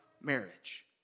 marriage